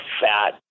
fat